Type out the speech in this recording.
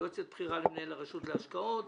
יועצת בכירה למנהל הרשות להשקעות,